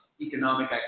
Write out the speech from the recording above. economic